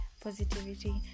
positivity